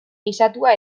gisatua